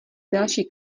další